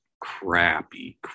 crappy